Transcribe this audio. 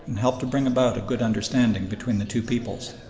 and help to bring about a good understanding between the two peoples.